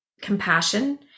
compassion